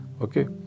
okay